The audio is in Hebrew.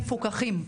מפוקחים.